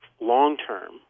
long-term